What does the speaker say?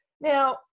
Now